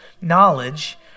knowledge